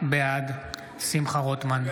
בעד שמחה רוטמן,